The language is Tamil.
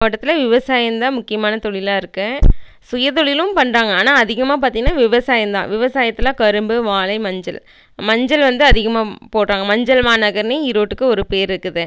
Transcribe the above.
மாவட்டத்துல விவசாயம் தான் முக்கியமான தொழிலாக இருக்கு சுயதொழிலும் பண்ணுறாங்க ஆனால் அதிகமாக பார்த்திங்கனா விவசாயம் தான் விவசாயத்தில் கரும்பு வாழை மஞ்சள் மஞ்சள் வந்து அதிகமாக போடுறாங்க மஞ்சள் மாநகர்ன்னு ஈரோட்டுக்கு ஒரு பேர்ருக்குது